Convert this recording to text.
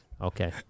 Okay